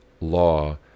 law